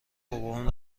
بابام